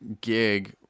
gig